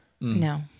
no